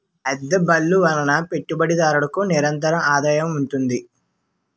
అద్దె బళ్ళు వలన పెట్టుబడిదారులకు నిరంతరాదాయం ఉంటుంది